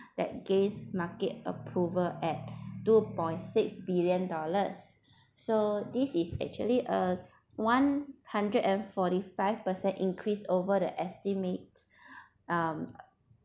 that gains market approval at two point six billion dollars so this is actually uh one hundred and forty five percent increase over the estimate um